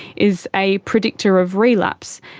is a predictor of relapse.